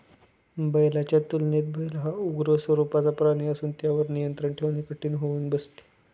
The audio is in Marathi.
बैलाच्या तुलनेत बैल हा उग्र स्वरूपाचा प्राणी असून त्यावर नियंत्रण ठेवणे कठीण होऊन बसते